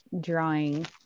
drawing